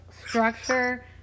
structure